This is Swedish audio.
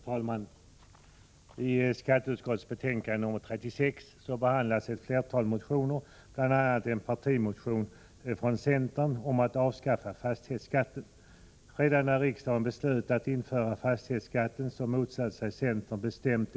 Herr talman! I skatteutskottets betänkande nr 36 behandlas ett flertal motioner, bl.a. en partimotion från centern om att avskaffa fastighetsskatten. När riksdagen beslöt införa fastighetsskatten motsatte sig centern det bestämt.